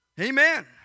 Amen